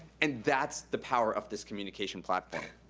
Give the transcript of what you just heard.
and that's the power of this communication platform.